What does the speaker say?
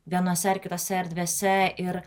vienose ar kitose erdvėse ir